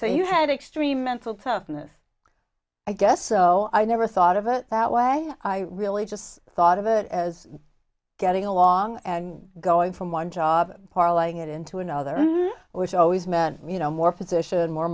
so you had extreme mental toughness i guess so i never thought of it that way i really just thought of it as getting along and going from one job parlaying it into another which always meant you know more position more